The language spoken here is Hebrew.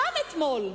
גם אתמול,